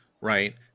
right